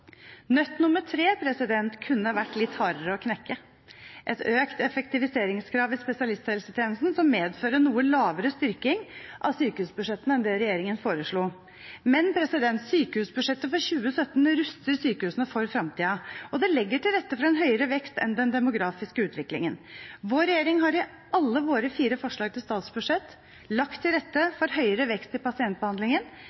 kunne vært litt hardere å knekke – et økt effektiviseringskrav i spesialisthelsetjenesten som medfører en noe lavere styrking av sykehusbudsjettene enn det regjeringen foreslo. Men sykehusbudsjettet for 2017 ruster sykehusene for fremtiden og legger til rette for en høyere vekst enn det den demografiske utviklingen tilsier. Vår regjering har i alle sine fire forslag til statsbudsjett lagt til